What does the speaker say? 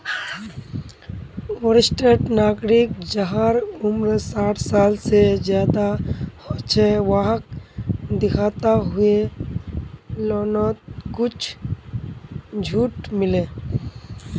वरिष्ठ नागरिक जहार उम्र साठ साल से ज्यादा हो छे वाहक दिखाता हुए लोननोत कुछ झूट मिले